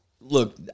look